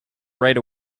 right